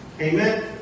Amen